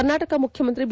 ಕರ್ನಾಟಕ ಮುಖ್ಯಮಂತ್ರಿ ಬಿ